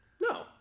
No